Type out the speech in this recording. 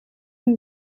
een